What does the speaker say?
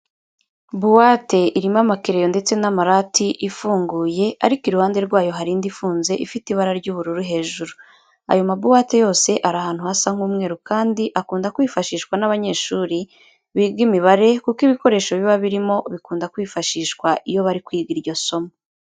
Buwate irimo amakereyo ndetse n'amarati ifunguye, ariko iruhande rwayo hari indi ifunze ifite ibara ry'ubururu hejuru. Ayo mabuwate yose ari ahantu hasa nk'umweru kandi akunda kwifashishwa n'abanyeshuri biga imibare kuko ibikoresho biba birimo bikunda kwifashishwa iyo bari kwiga iryo somo.